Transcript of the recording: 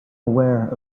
aware